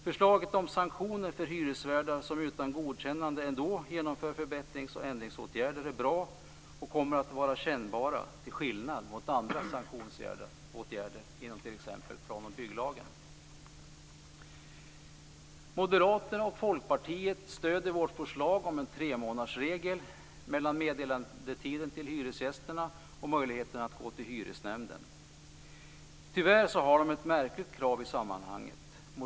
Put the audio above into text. Förslaget om sanktioner för hyresvärdar som utan godkännande ändå genomför förbättrings eller ändringsåtgärder är bra och de kommer att vara kännbara, till skillnad från andra sanktionsåtgärder inom t.ex. plan och bygglagen. Moderaterna och Folkpartiet stöder vårt förslag om en tremånadersregel mellan meddelandetiden till hyresgästerna och möjligheten att gå till hyresnämnden. Tyvärr har Moderaterna ett märkligt krav i sammanhanget.